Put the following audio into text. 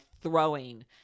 throwing